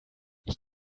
ich